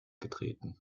getreten